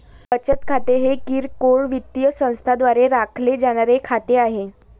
बचत खाते हे किरकोळ वित्तीय संस्थांद्वारे राखले जाणारे खाते आहे